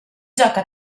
gioca